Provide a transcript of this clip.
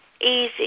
easy